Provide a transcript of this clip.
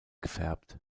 gefärbt